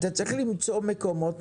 אתה צריך למצוא מקומות,